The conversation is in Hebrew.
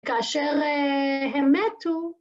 כאשר הם מתו.